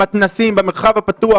במתנ"סים ובמרחב הפתוח.